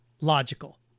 logical